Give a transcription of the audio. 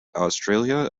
australia